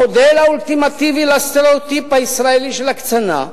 המודל האולטימטיבי לסטריאוטיפ הישראלי של הקצנה,